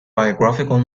biographical